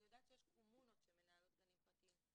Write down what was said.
אני יודעת שיש קומונות שמנהלות גנים פרטיים,